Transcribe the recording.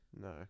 No